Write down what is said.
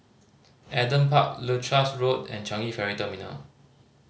Adam Park Leuchars Road and Changi Ferry Terminal